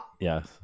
Yes